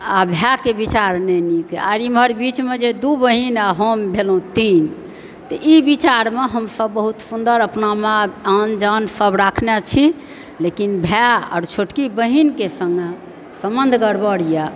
आ भायके विचार नहि निक आ इम्हर बीचमे जे दू बहिन आओर हम भेलहुँ तीन तऽ इ विचारमे हमसभ बहुत सुन्दर अपनामे आन जान सभ तब राखने छी लेकिन भाइ आ छोटकी बहिनकेँ सङ्गे संबन्ध गड़बड़ए